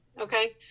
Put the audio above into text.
Okay